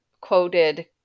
quoted